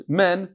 men